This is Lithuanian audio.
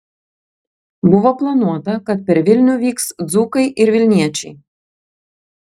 buvo planuota kad per vilnių vyks dzūkai ir vilniečiai